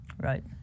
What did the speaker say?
right